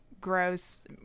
gross